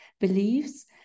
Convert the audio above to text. beliefs